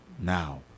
now